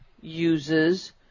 uses